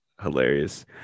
hilarious